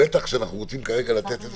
בטח כשאנחנו רוצים לתת עכשיו